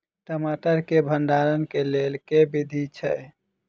टमाटर केँ भण्डारण केँ लेल केँ विधि छैय?